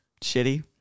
shitty